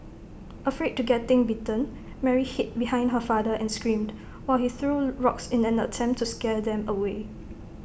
afraid to getting bitten Mary hid behind her father and screamed while he threw rocks in an attempt to scare them away